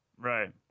Right